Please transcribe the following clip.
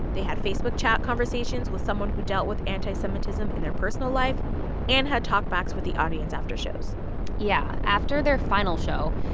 they had facebook chat conversations with someone who dealt with anti-semitism in their personal life and had talk-backs with the audience after shows yeah. after their final show,